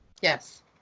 Yes